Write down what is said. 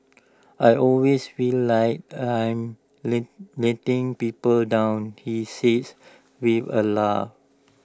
I always feel like I am let letting people down he says with A laugh